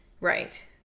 Right